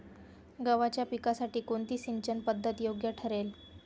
गव्हाच्या पिकासाठी कोणती सिंचन पद्धत योग्य ठरेल?